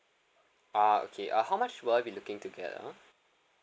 ah okay uh how much will be looking to get ah